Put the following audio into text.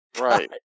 Right